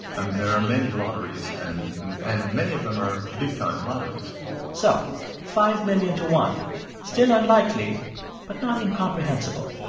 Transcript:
i mean, there are many lotteries, and and many of them are big-time lotteries so five million to one still unlikely but not incomprehensible.